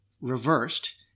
reversed